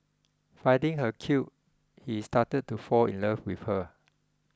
finding her cute he started to fall in love with her